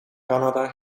canada